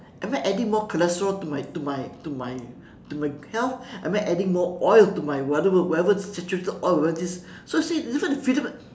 am I adding more cholesterol to my to my to my to my health am I adding more oil to my whatever whatever saturated oil over this so you see that's not the freedom